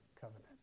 covenant